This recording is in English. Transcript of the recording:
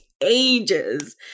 ages